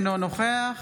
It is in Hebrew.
אינו נוכח